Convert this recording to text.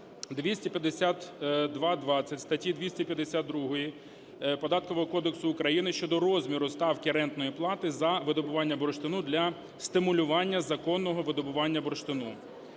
252.20 статті 252 Податкового кодексу України щодо розміру ставки рентної плати за видобування бурштину для стимулювання законного видобування бурштину.